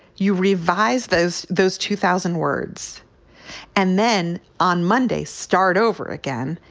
you revise those those two thousand words and then on monday start over again,